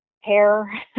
hair